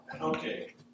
Okay